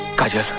kajal?